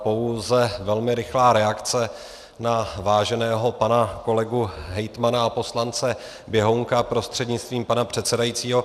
Pouze velmi rychlá reakce na váženého pana kolegu hejtmana a poslance Běhounka prostřednictvím pana předsedajícího.